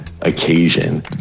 occasion